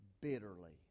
bitterly